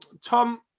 Tom